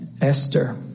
Esther